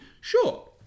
Sure